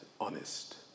honest